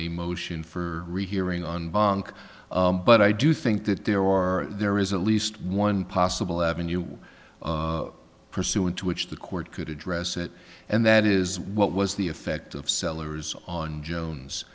a motion for rehearing on bond but i do think that there are there is at least one possible avenue you pursue into which the court could address it and that is what was the effect of sellers on jones